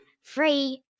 Free